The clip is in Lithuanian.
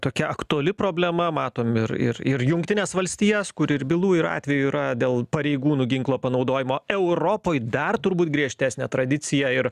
tokia aktuali problema matom ir ir ir jungtines valstijas kur ir bylų ir atveju yra dėl pareigūnų ginklo panaudojimo europoj dar turbūt griežtesnė tradicija ir